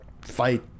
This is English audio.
fight